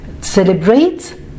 Celebrate